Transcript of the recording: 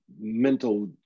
mental